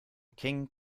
king